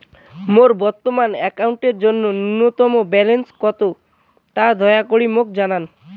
মোর বর্তমান অ্যাকাউন্টের জন্য ন্যূনতম ব্যালেন্স কত তা দয়া করি মোক জানান